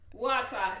Water